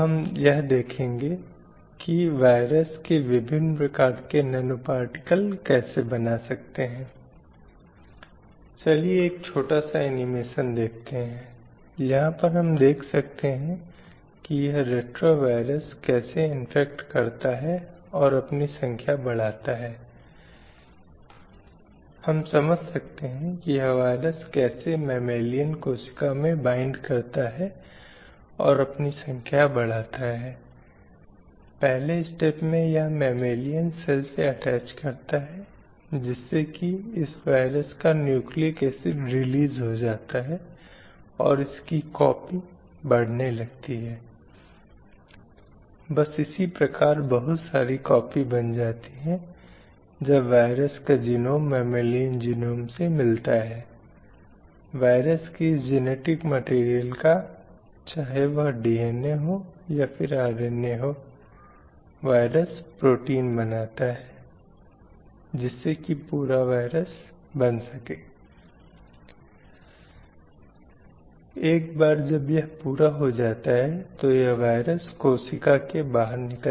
तो शायद स्कूलों में भिन्न प्रकार के खेल हो सकते हैं दो अलग अलग वर्ग के खेल लड़के के लिए और एक लड़कियों के लिए इसलिए यदि हम देख सकते हैं कि शायद आउटडोर खेल जैसे क्रिकेट फुटबॉल को अक्सर लड़कों के लिए प्रोत्साहित किया जाता है लेकिन वही लड़कियों के मामले में सच नहीं है इसलिए स्कूल के माध्यम से कॉलेजों के माध्यम से कई बार कोई क्या कैरियर अपना सकता है कुछ कैरियर को दूसरों की तुलना में अधिक मर्दाना के रूप में देखा जाता है इसलिए यदि कोई इंजीनियर बोलता है एक डॉक्टर एक वकील तो पहली तस्वीर जो ध्यान में आती है वह है एक पुरुष की जो अन्य वर्दियों में से एक पहनता है जो उन पेशों से हैं